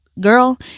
girl